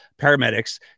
paramedics